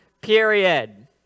period